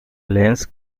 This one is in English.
lens